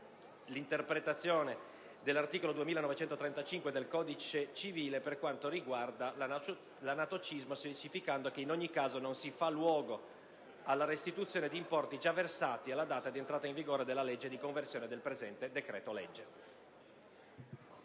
l'interpretazione dell'articolo 2935 del codice civile relativo all'anatocismo con cui si specifica che, in ogni caso, non si fa luogo alla restituzione di importi già versati alla data di entrata in vigore della legge di conversione del presente decreto-legge.